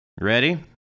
Ready